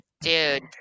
dude